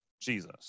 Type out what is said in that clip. Jesus